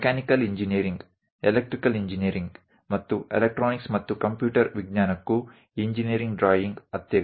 mechanical engineering electrical engineering અને electronics અને computer science માટે પણ એન્જિનિયરિંગ ડ્રોઇંગ આવશ્યક છે